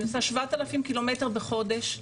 אני עושה 7,000 קילומטרים בחודש.